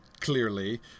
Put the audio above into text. clearly